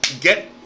get